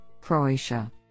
Croatia